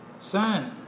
Son